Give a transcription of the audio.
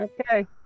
Okay